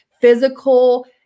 physical